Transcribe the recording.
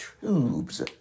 tubes